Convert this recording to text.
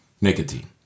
nicotine